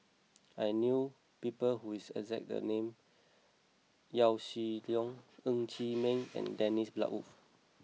I knew people who is exact the name Yaw Shin Leong Ng Chee Meng and Dennis Bloodworth